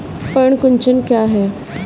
पर्ण कुंचन क्या है?